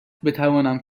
بتوانم